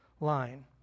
line